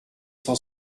cent